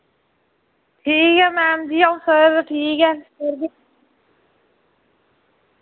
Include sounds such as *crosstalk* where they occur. ठीक ऐ मैम जी आऊं सर ठीक ऐ *unintelligible*